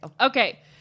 Okay